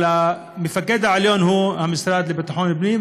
אבל המפקד העליון הוא המשרד לביטחון הפנים,